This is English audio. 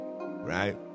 Right